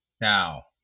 Now